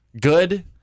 good